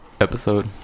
episode